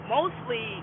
Mostly